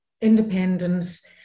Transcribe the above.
independence